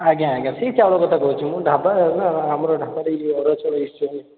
ଆଜ୍ଞା ଆଜ୍ଞା ସେହି ଚାଉଳ କଥା କହୁଛି ମୁଁ ଢାବା ଆମର ଢାବାରେ ଇଏ ଅରୁଆ ଚାଉଳ ୟୁଜ୍ କରୁଛନ୍ତି